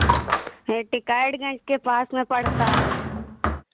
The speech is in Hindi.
ये टिकैतगंज के पास में पड़ता है